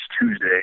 Tuesday